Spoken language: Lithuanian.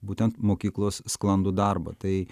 būtent mokyklos sklandų darbą tai